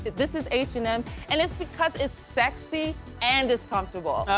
this is h and m and it's because it's sexy and it's comfortable.